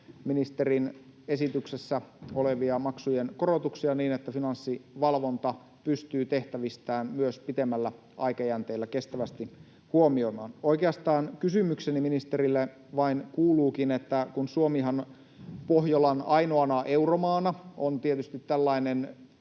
ministerin esityksessä olevia maksujen korotuksia, niin että Finanssivalvonta pystyy tehtävistään myös pitemmällä aikajänteellä kestävästi suoriutumaan. Oikeastaan kysymykseni ministerille vain kuuluukin, että kun Suomihan Pohjolan ainoana euromaana on tietysti tällainen